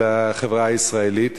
בחברה הישראלית,